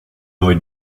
neu